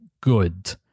good